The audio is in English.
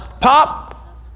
Pop